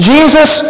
Jesus